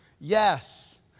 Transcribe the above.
yes